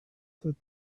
that